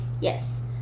Yes